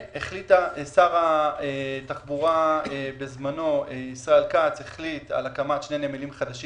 ושר התחבורה בזמנו ישראל כץ החליט על הקמת שני נמלים חדשים